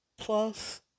plus